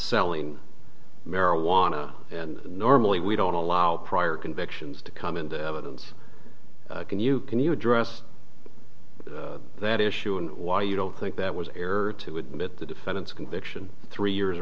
selling marijuana and normally we don't allow prior convictions to come in that can you can you address that issue and why you don't think that was error to admit the defendant's conviction three years